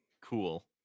cool